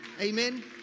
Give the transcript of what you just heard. Amen